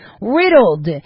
riddled